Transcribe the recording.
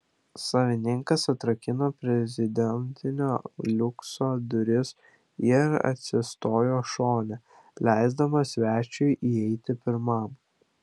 savininkas atrakino prezidentinio liukso duris ir atsistojo šone leisdamas svečiui įeiti pirmam